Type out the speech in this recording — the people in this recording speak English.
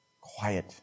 quiet